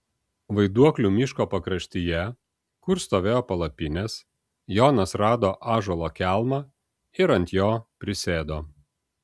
vaiduoklių miško pakraštyje kur stovėjo palapinės jonas rado ąžuolo kelmą ir ant jo prisėdo